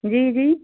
जी जी